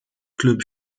club